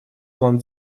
план